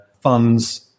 funds